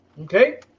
okay